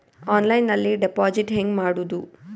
ಆನ್ಲೈನ್ನಲ್ಲಿ ಡೆಪಾಜಿಟ್ ಹೆಂಗ್ ಮಾಡುದು?